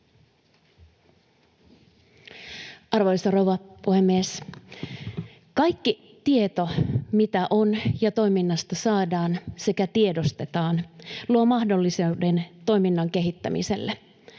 Arvoisa rouva puhemies! Kaikki tieto, mitä on ja mitä toiminnasta saadaan sekä tiedostetaan, luo mahdollisuuden toiminnan kehittämiselle.